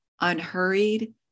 unhurried